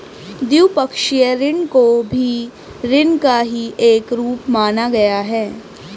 द्विपक्षीय ऋण को भी ऋण का ही एक रूप माना गया है